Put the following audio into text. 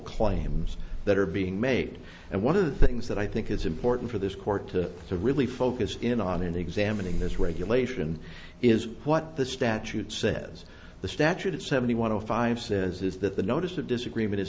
claims that are being made and one of the things that i think is important for this court to really focus in on and examining this regulation is what the statute says the statute is seventy one of five says is that the notice of disagreement is